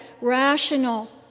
rational